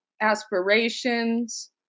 aspirations